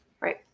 Right